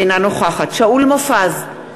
אינה נוכחת שאול מופז,